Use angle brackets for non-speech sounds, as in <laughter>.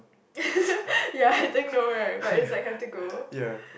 <laughs> ya I think no right but it's like have to go